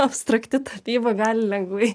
abstrakti tapyba gali lengvai